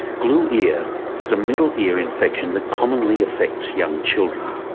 glue ear is a middle ear infection that commonly affects young children,